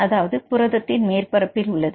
அதாவது புரதத்தின் மேற்பரப்பில் உள்ளது